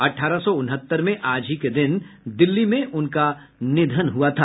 अठारह सौ उनहत्तर में आज ही के दिन दिल्ली में उनका निधन हुआ था